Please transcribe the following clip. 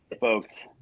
folks